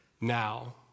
now